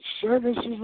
services